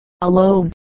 alone